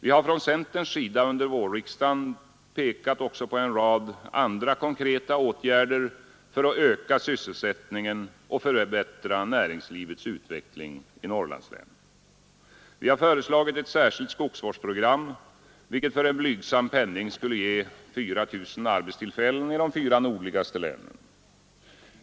Vi har från centerns sida under vårriksdagen pekat också på en rad andra konkreta åtgärder för att öka sysselsättningen och förbättra näringslivets utveckling i Norrlandslänen. Vi har föreslagit ett särskilt skogsvårdsprogram vilket för en blygsam penning skulle ge 4 000 arbetstillfällen i de fyra nordligaste länen.